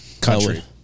Country